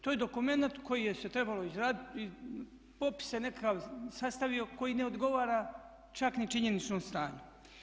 To je dokumenat koji se trebalo izraditi, popise nekakav sastavio koji ne odgovara čak ni činjeničnom stanju.